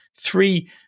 Three